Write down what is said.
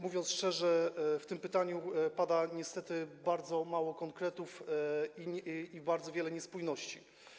Mówiąc szczerze, w tym pytaniu pada niestety bardzo mało konkretów i jest bardzo wiele niespójności.